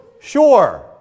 sure